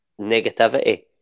Negativity